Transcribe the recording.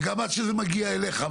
וגם עד שזה מגיע אליך.